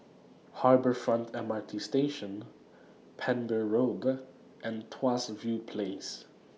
Harbour Front M R T Station Pender Road and Tuas View Place